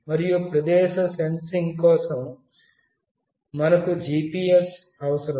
మరియు ప్రదేశ సెన్సింగ్ కోసం మనకు GPS అవసరం